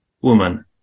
woman